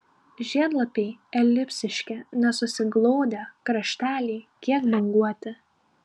žiedlapiai elipsiški nesusiglaudę krašteliai kiek banguoti